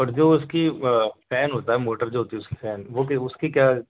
اور جو اس کی فین ہوتا ہے موٹر جو ہوتی ہے اس کی فین وہ کہ اس کی کیا